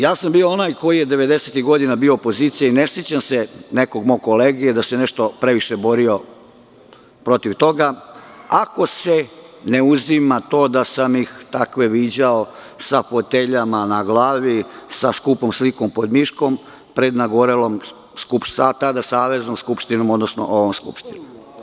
Ja sam bio onaj koji je 90-ih godina bio opozicija i ne sećam se nekog mog kolege da se nešto previše borio protiv toga, ako se ne uzima to da sam ih takve viđao sa foteljama na glavi, sa skupom slikom pod miškom, pred nagorelom, tada Saveznom skupštinom, odnosno ovom Skupštinom.